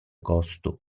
costo